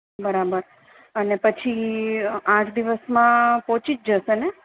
બરાબર અને પછી આઠ દિવસમાં પહોંચી જ જશેને